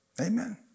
Amen